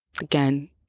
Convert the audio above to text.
again